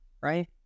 Right